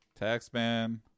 Taxman